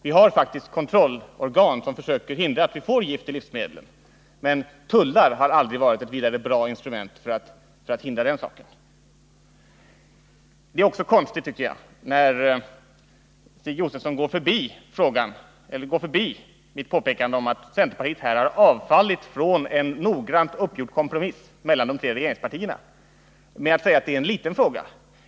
Vi har faktiskt kontrollorgan som försöker hindra att vi får gift i livsmedlen, men tullar har aldrig varit ett särskilt bra instrument för att hindra den saken. Vidare är det konstigt att Stig Josefson, genom att säga att det är en liten fråga, går förbi mitt påpekande om att centerpartiet här har avfallit från en noggrant uppgjord kompromiss mellan de tre regeringspartierna.